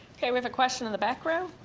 okay, we have a question in the back